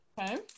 Okay